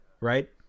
Right